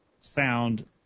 sound